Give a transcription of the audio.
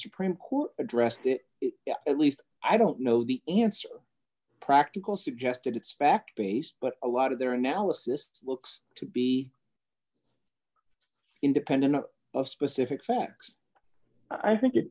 supreme court addressed it at least i don't know the answer practical suggested expect based but a lot of their analysis looks to be independent of a specific facts i think it